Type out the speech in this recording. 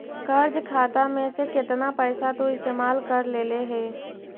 कर्ज खाता में से केतना पैसा तु इस्तेमाल कर लेले हे